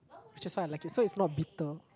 which is why I like it so it's not bitter